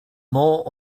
more